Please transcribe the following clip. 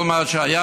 בכל מה שהיה: